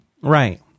Right